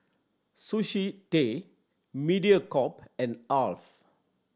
Sushi Tei Mediacorp and Alf